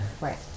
right